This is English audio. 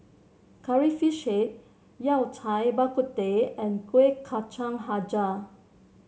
Curry Fish Head Yao Cai Bak Kut Teh and Kuih Kacang hijau